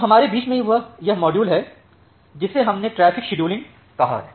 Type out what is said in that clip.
अब हमारे बीच में यह मॉड्यूल है जिसे हमने ट्रैफिक शेड्यूलिंगकहा है